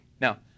Now